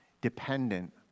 dependent